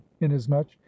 inasmuch